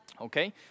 Okay